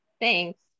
Thanks